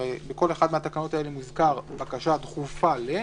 הרי בכל אחת מהתקנות האלה מוזכר בקשה דחופה ל-,